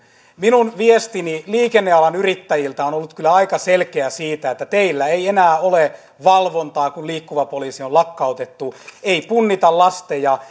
minun viestini liikennealan yrittäjiltä on on ollut kyllä aika selkeä teillä ei enää ole valvontaa kun liikkuva poliisi on lakkautettu ei punnita lasteja